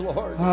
Lord